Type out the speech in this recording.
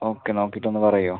okay നോക്കീട്ടൊന്ന് പറയുമോ